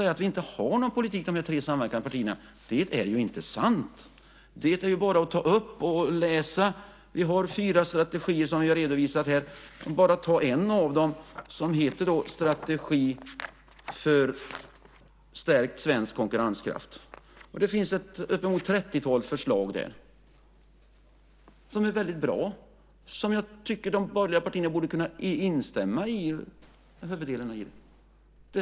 Att de tre samverkande partierna inte skulle ha någon politik är inte sant. Det är bara att läsa. Vi har fyra strategier som vi har redovisat. För att ta en av dem har vi en som heter Strategi för stärkt svensk konkurrenskraft. Det finns uppemot trettiotal förslag där som är väldigt bra. Jag tycker att de borgerliga partierna borde kunna instämma i huvuddelen av dem.